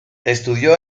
estudió